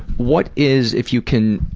what is, if you can